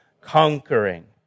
conquering